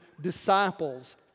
disciples